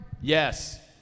Yes